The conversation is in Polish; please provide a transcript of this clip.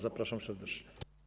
Zapraszam serdecznie.